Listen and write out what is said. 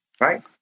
right